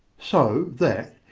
so that,